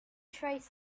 trace